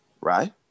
right